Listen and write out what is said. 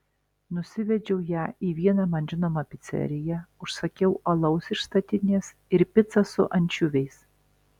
nusivedžiau ją į vieną man žinomą piceriją užsakiau alaus iš statinės ir picą su ančiuviais